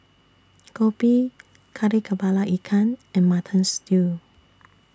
Kopi Kari Kepala Ikan and Mutton Stew